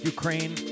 Ukraine